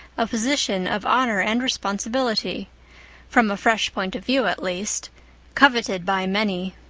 a position of honor and responsibility from a fresh point of view, at least coveted by many.